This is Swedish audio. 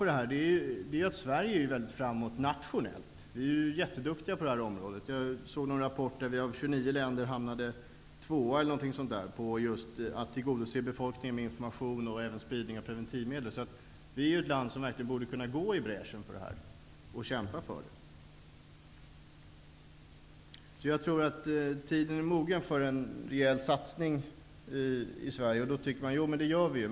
Det är bra att Sverige är framåt på det här område nationellt. Vi är jätteduktiga på detta. Jag såg en rapport där vi av 29 länder hamnade på 2:a plats när det gäller att tillgodose befolkningen med information och spridning av preventivmedel. Vi är ett land som verkligen borde kunna gå i bräschen för detta och kämpa för det. Jag tror att tiden är mogen för en rejäl satsning i Sverige. Man kan ju tycka att vi redan gör det.